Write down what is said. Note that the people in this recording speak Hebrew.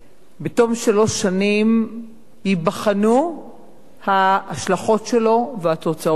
בתום שלוש שנים ייבחנו ההשלכות שלו והתוצאות שלו.